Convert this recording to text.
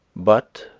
but,